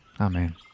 amen